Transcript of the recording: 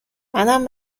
منم